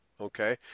Okay